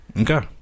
Okay